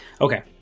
Okay